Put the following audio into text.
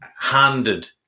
Handed